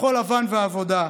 כחול לבן והעבודה,